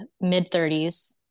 mid-30s